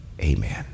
amen